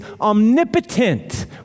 omnipotent